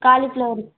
cauliflower